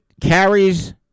carries